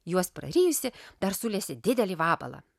juos prarijusi dar sulesė didelį vabalą